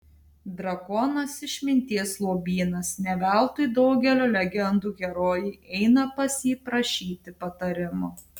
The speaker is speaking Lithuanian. drakonas išminties lobynas ne veltui daugelio legendų herojai eina pas jį prašyti patarimo